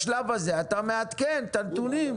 בשלב הזה אתה מעדכן את הנתונים.